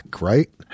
right